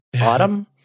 autumn